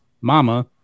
mama